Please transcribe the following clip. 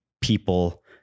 people